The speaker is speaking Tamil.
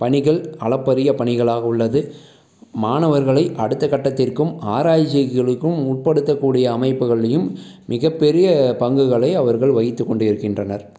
பணிகள் அளப்பரிய பணிகளாக உள்ளது மாணவர்களை அடுத்த கட்டத்திற்கும் ஆராய்ச்சிகளுக்கும் உட்படுத்த கூடிய அமைப்புகள்லையும் மிகப்பெரிய பங்குகளை அவர்கள் வைத்து கொண்டு இருக்கின்றனர்